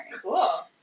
Cool